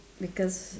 because